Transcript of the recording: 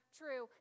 true